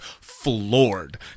floored